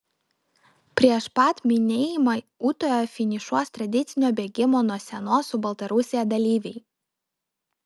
prieš pat minėjimą ūtoje finišuos tradicinio bėgimo nuo sienos su baltarusija dalyviai